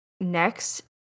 next